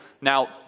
Now